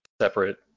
separate